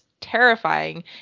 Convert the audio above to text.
terrifying